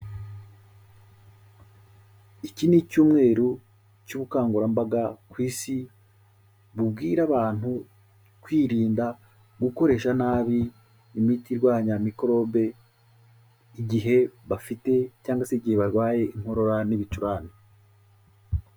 Iki ni icyumweru cy'ubukangurambaga ku Isi, bubwira abantu kwirinda gukoresha nabi imiti irwanya mikorobe, igihe bafite cyangwa se igihe barwaye inkorora n'ibicurane.